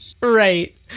Right